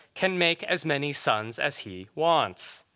can make as many sons as he wants.